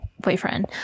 boyfriend